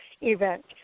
event